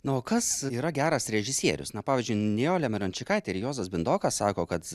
na o kas yra geras režisierius na pavyzdžiui nijolė mirončikaitė ir juozas bindokas sako kad